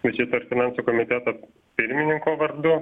tai čia per finansų komitetą pirmininko vardu